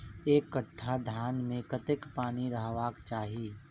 एक कट्ठा धान मे कत्ते पानि रहबाक चाहि?